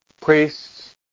priests